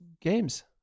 games